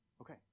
Okay